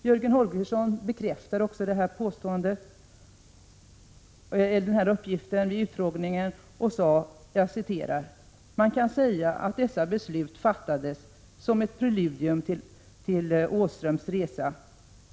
Jörgen Holgersson bekräftade också denna uppgift vid en utfrågning och sade: ”Man kan säga att dessa beslut fattades som ett preludium till Åströms resa.